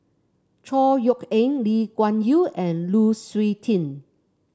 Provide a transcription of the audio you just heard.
Chor Yeok Eng Lee Kuan Yew and Lu Suitin